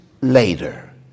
later